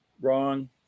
wrong